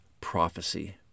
prophecy